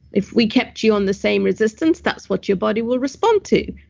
if we kept you on the same resistance, that's what your body will respond to,